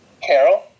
Carol